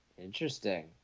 Interesting